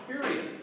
period